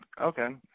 Okay